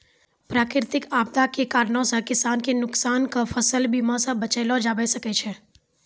प्राकृतिक आपदा के कारणो से किसान के नुकसान के फसल बीमा से बचैलो जाबै सकै छै